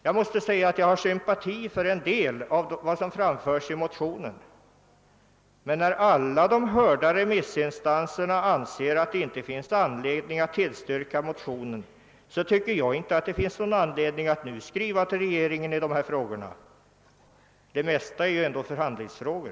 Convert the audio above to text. Jag har sympatier för en del av det som skrivits i motionerna, men när samtliga de hörda remissinstanserna ansett att det inte fanns anledning tillstyrka dem, så tycker jag också det saknas anledning att nu skriva till regeringen i dessa frågor. Det mesta är ju ändå förhandlingsfrågor.